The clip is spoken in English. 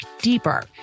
deeper